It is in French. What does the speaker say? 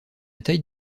taille